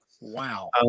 wow